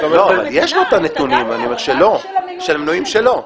אבל יש לו הנתונים של מנוי שלו.